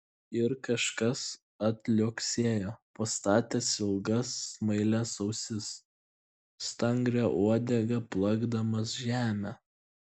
ir kažkas atliuoksėjo pastatęs ilgas smailias ausis stangria uodega plakdamas žemę